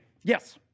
Yes